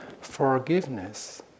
forgiveness